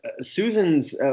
Susan's